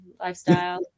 lifestyle